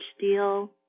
deal